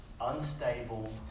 unstable